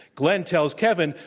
glen tells kevin,